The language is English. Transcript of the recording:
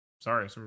Sorry